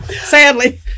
Sadly